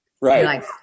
Right